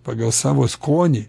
pagal savo skonį